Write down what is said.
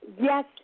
Yes